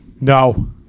No